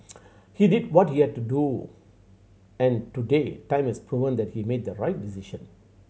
he did what he had to do and today time has proven that he had made the right decision